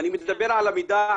אני מתגבר על המידע,